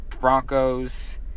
Broncos